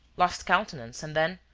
lost countenance and then,